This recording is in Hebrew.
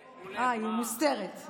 אה, היא מוסתרת.